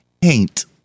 Paint